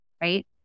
right